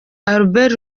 albert